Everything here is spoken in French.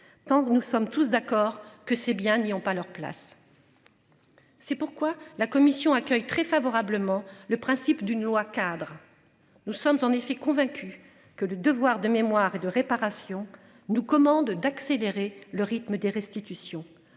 tant que nous sommes tous d'accord que c'est bien n'y ont pas leur place. C'est pourquoi la commission accueille très favorablement le principe d'une loi cadre. Nous sommes en effet convaincu que le devoir de mémoire et de réparation nous commande d'accélérer le rythme des restitutions